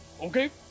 Okay